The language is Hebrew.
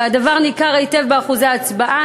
והדבר ניכר היטב באחוזי ההצבעה.